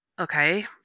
Okay